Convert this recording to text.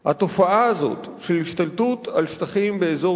איך יכול להתאפשר דבר כזה כאשר אנחנו עדים להשתלטות על שטחים בשטח